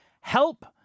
Help